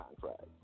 contract